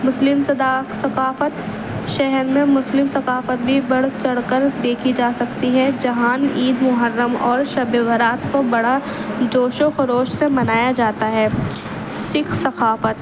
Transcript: مسلم ثقافت شہر میں مسلم ثقافت بھی بڑھ چڑھ کر دیکھی جا سکتی ہے جہاں عید محرم اور شب برات کو بڑا جوش و خروش سے منایا جاتا ہے سکھ ثقافت